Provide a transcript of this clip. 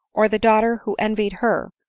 or the daughter who envied her,